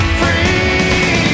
free